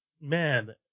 man